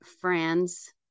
friends